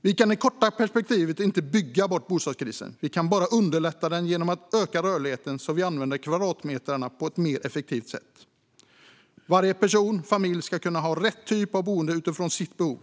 Vi kan i det korta perspektivet inte bygga bort bostadskrisen; vi kan bara underlätta hanteringen av den genom att öka rörligheten så att vi använder kvadratmeterna på ett mer effektivt sätt. Varje person eller familj ska kunna ha rätt typ av boende utifrån sitt behov.